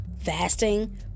Fasting